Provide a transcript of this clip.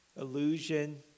illusion